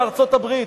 מארצות-הברית,